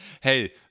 hey